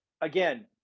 Again